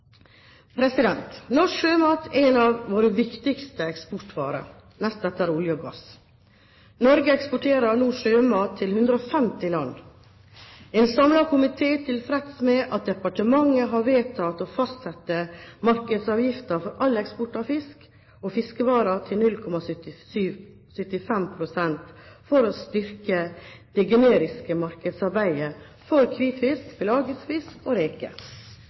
Norsk sjømat er en av våre viktigste eksportvarer, nest etter olje og gass. Norge eksporterer nå sjømat til 150 land. En samlet komité er tilfreds med at departementet har vedtatt å fastsette markedsavgiften for all eksport av fisk og fiskevarer til 0,75 pst., for å styrke det generiske markedsarbeidet for hvitfisk, pelagisk fisk og